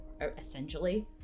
essentially